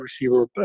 receiver